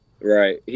Right